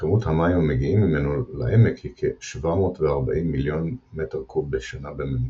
וכמות המים המגיעים ממנו לעמק היא כ-740 מיליון מ"ק בשנה בממוצע.